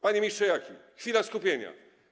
Panie ministrze Jaki, chwila skupienia.